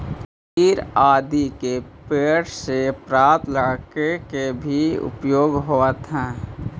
चीड़ आदि के पेड़ से प्राप्त लकड़ी के भी उपयोग होवऽ हई